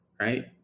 right